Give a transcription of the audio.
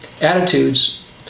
attitudes